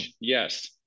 Yes